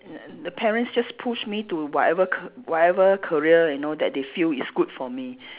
the parents just push me to whatever ca~ whatever career you know that they feel is good for me